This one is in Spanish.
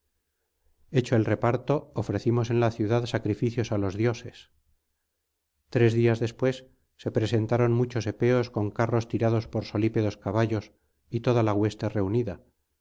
hecho el reparto ofrecimos en la ciudad sacrificios á los dioses tres días después se presentaron muchos epeos con carros tirados por solípedos caballos y toda la hueste reunida